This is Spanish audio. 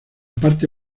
parte